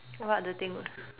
what other thing was